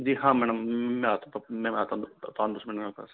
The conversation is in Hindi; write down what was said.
जी हाँ मैडम मैं आता हूँ मैं आता हूँ पाँच दस मिनट में